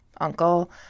uncle